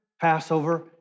Passover